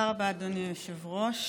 תודה רבה, אדוני היושב-ראש.